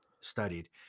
studied